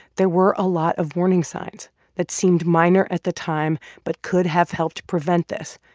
there were a lot of warning signs that seemed minor at the time but could have helped prevent this,